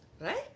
Right